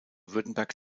württemberg